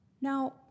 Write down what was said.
Now